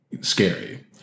scary